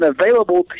available